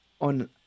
on